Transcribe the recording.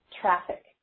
traffic